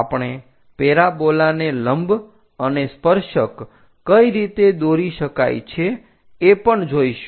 આપણે પેરાબોલાને લંબ અને સ્પર્શક કઈ રીતે દોરી શકાય છે એ પણ જોઈશું